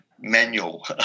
manual